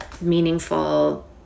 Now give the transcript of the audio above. meaningful